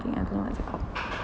I don't know what is it called